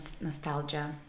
nostalgia